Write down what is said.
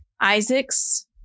Isaacs